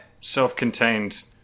self-contained